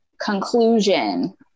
conclusion